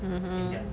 mm